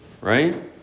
right